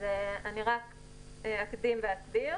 אני אסביר